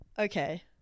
okay